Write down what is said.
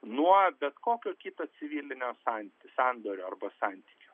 nuo bet kokio kito civilinio san sandorio arba santykio